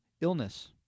illness